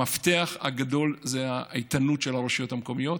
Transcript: המפתח הגדול זה האיתנות של הרשויות המקומיות.